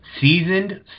seasoned